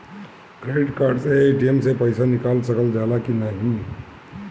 Credit card से ATM से पइसा निकाल सकल जाला की नाहीं?